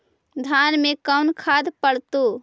धान मे कोन खाद पड़तै?